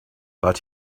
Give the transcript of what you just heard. but